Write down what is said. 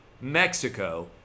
Mexico